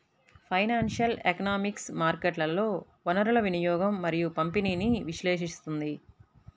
financial economics మార్కెట్లలో వనరుల వినియోగం మరియు పంపిణీని విశ్లేషిస్తుంది